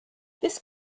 this